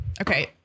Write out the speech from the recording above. okay